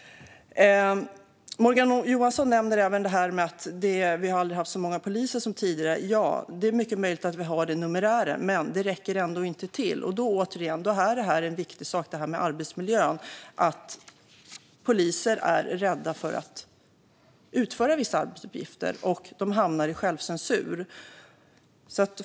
Morgan Johansson nämner att vi aldrig har haft så många poliser tidigare. Ja, det är mycket möjligt att det är så i fråga om numerären, men det räcker ändå inte till. Då är arbetsmiljön en viktig sak. Poliser är rädda för att utföra vissa arbetsuppgifter, och de hamnar i självcensur.